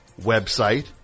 website